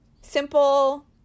simple